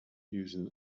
used